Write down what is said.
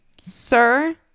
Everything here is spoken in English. sir